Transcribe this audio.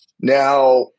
Now